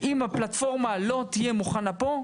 אם הפלטפורמה לא תהיה מוכנה פה,